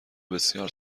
بسیار